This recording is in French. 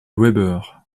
weber